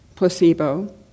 placebo